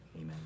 Amen